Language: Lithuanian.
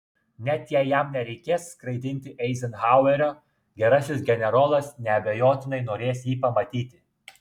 net jei jam nereikės skraidinti eizenhauerio gerasis generolas neabejotinai norės jį pamatyti